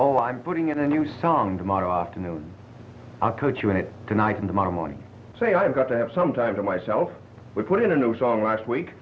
oh i'm putting in a new song tomorrow afternoon i'll cut you a tonight and tomorrow morning say i've got to have some time to myself we put in a new song last week